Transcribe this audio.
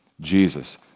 Jesus